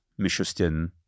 Mishustin